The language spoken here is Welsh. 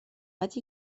ydy